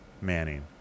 Manning